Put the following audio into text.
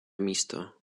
místo